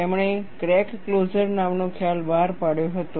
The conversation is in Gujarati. તેમણે ક્રેક ક્લોઝર નામનો ખ્યાલ બહાર પાડ્યો હતો